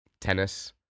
tennis